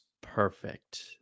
perfect